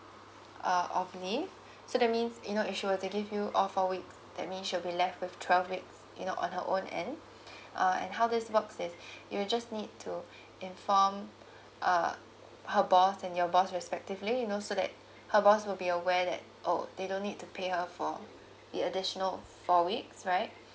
ah so that means you know she will uh to give you all four week that's mean she will be left with twelve week you know on her own end uh and how this works is you'll just need to inform uh her boss and your boss respectively you know so that her boss will be aware that oh they don't need to pay her for the additional four weeks right